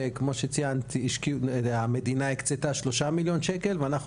כמו שציינת המדינה הקצתה כ-3 מיליון שקלים ואנחנו